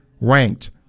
ranked